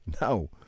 No